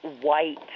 white